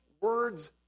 words